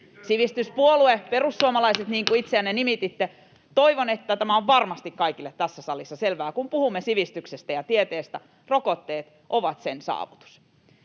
Puhemies koputtaa] niin kuin itseänne nimititte, toivon, että tämä on varmasti kaikille tässä salissa selvää, kun puhumme sivistyksestä ja tieteestä: rokotteet ovat sen saavutus.